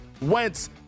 Wentz